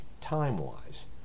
time-wise